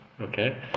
Okay